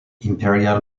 imperial